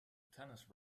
tennis